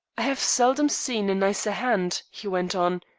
have seldom seen a nicer hand, he went on.